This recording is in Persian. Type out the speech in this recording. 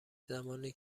زمانی